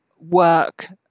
work